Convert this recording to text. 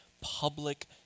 public